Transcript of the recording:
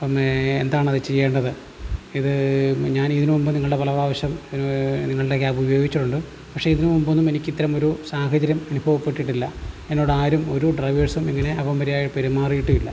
ഒന്നേ എന്താണത് ചെയ്യേണ്ടത് ഇത് ഞാൻ ഇതിനു മുമ്പ് നിങ്ങളുടെ പല പ്രാവിശ്യം നിങ്ങളുടെ ക്യാബ് ഉപയോച്ചിട്ടുണ്ട് പക്ഷെ ഇതിന് മുമ്പൊന്നും എനിക്ക് ഇത്തരം ഒരു സാഹചര്യം അനുഭവപ്പെട്ടിട്ടില്ല എന്നോട് ആരും ഒരു ഡ്രൈവേഴ്സും ഇങ്ങനെ അപമര്യാദയായി പെരുമാറിയിട്ടും ഇല്ല